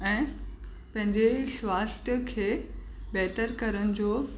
ऐं पंहिंजे स्वास्थ्य खे बहितरु करण जो